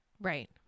right